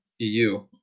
EU